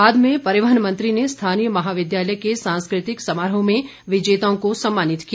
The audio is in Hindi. बाद में परिवहन मंत्री ने स्थानीय महाविद्यालय के सांस्कृतिक समारोह में विजेताओं को सम्मानित किया